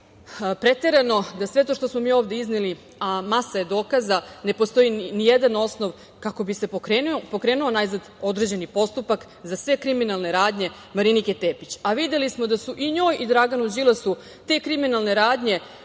preterano da sve to što smo mi ovde izneli, a masa je dokaza, ne postoji nijedan osnov kako bi se pokrenuo najzad određeni postupak za sve kriminalne radnje Marinike Tepić, a videli smo da su i njoj i Draganu Đilasu te kriminalne radnje